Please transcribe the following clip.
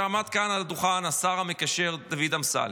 השבוע עמד כאן על הדוכן השר המקשר דוד אמסלם,